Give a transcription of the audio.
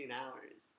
hours